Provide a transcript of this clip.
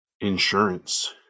insurance